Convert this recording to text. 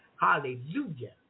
Hallelujah